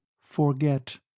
Forget